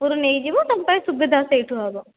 ଉପରୁ ନେଇଯିବ ତୁମ ପାଇଁ ସୁବିଧା ସେହିଠୁ ହେବ